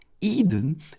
Eden